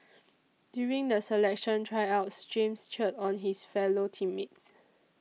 during the selection Tryouts James cheered on his fellow team mates